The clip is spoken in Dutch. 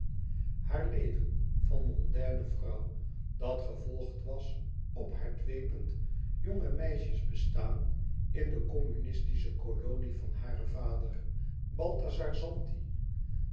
haar leven van mondaine vrouw dat gevolgd was op haar dwepend jonge meisjes bestaan in de communistische kolonie van haren vader balthazar zanti